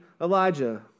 Elijah